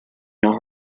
nos